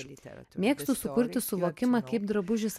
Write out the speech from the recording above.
mėgstu sukurti suvokimą kaip drabužis